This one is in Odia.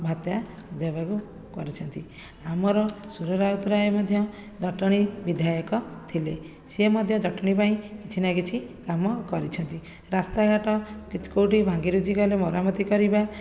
ଭତ୍ତା ଦେବାକୁ କରିଛନ୍ତି ଆମର ସୁର ରାଉତରାୟ ମଧ୍ୟ ଜଟଣୀ ବିଧାୟକ ଥିଲେ ସେ ମଧ୍ୟ ଜଟଣୀ ପାଇଁ କିଛି ନା କିଛି କରିଛନ୍ତି ରାସ୍ତାଘାଟ କେଉଁଠି ଭାଙ୍ଗି ରୁଜି ଗଲେ ମରାମତି କରିବା